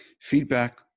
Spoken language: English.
Feedback